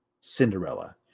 Cinderella